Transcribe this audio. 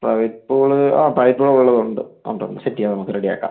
private pool ആ private pool ഉള്ളത് ഉണ്ട് ഉണ്ട് ഉണ്ട് സെറ്റ് ചെയ്യാം നമുക്ക് റെഡിയാക്കാം